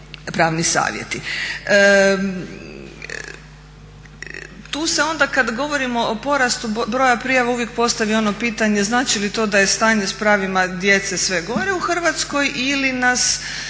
pravni savjeti. Tu se onda kad govorimo o porastu broja prijava uvijek postavi ono pitanje znači li to da je stanje s pravima djece sve gore u Hrvatskoj ili nas